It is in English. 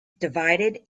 divided